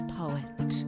poet